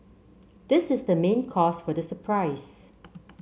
this is the main cause for the surprise